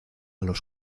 los